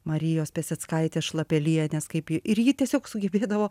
marijos piaseckaitės šlapelienės kaip ji ir ji tiesiog sugebėdavo